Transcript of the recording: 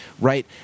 right